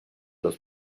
los